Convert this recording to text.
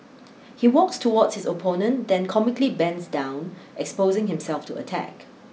he walks towards his opponent then comically bends down exposing himself to attack